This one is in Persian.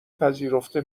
پذیرفته